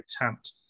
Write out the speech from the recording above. attempt